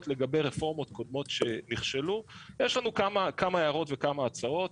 לגבי רפורמות קודמות שנכשלו יש לנו כמה הערות וכמה הצהרות